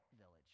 village